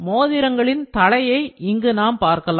மோதிரங்களின் தலையை இங்கு பார்க்கலாம்